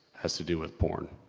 has to do with porn.